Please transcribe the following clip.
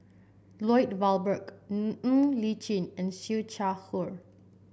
Lloyd Valberg Ng Ng Li Chin and Siew Shaw Her